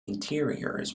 interiors